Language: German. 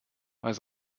weiß